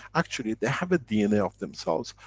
actually, they have a dna of themselves,